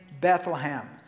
Bethlehem